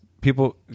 People